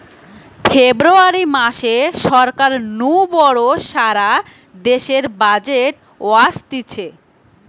ফেব্রুয়ারী মাসে সরকার নু বড় সারা দেশের বাজেট অসতিছে